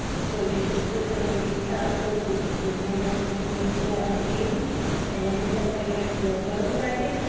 so you just literally go to the nearest convenience store and pay and then you can pay with your phone credit,